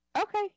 Okay